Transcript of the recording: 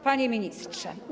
Panie Ministrze!